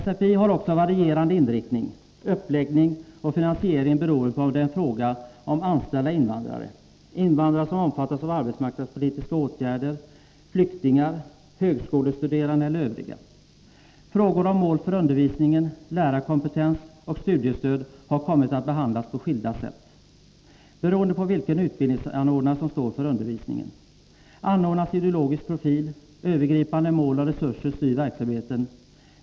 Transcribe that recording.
SFI har också varierande inriktning, uppläggning och finansiering beroende på om det är fråga om anställda invandrare, invandrare som omfattas av arbetsmarknadspolitiska åtgärder, flyktingar, högskolestuderande eller övriga. Frågor om mål för undervisningen, lärarkompetens och studiestöd har kommit att behandlas på skilda sätt, beroende på vilken utbildningsanordnare som står för undervisningen. Anordnarnas ideologiska profil, övergripan 63 de mål och resurser styr verksamheten.